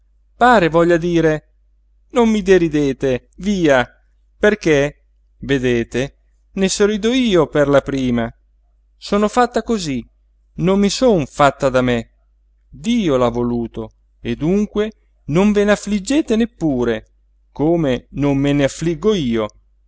pare voglia dire non mi deridete via perché vedete ne sorrido io per la prima sono fatta cosí non mi son fatta da me dio l'ha voluto e dunque non ve n'affliggete neppure come non me n'affliggo io